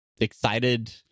excited